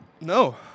No